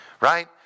Right